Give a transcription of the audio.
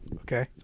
Okay